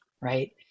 right